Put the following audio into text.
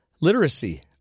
literacy